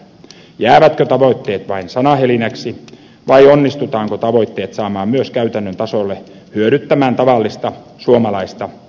jäävätkö tavoitteet vain sanahelinäksi vai onnistutaanko tavoitteet saamaan myös käytännön tasolle hyödyttämään tavallista suomalaista